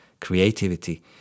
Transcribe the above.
creativity